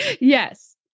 yes